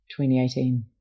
2018